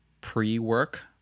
pre-work